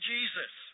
Jesus